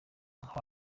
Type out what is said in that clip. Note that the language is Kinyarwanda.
ahwanye